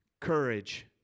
courage